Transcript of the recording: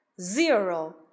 Zero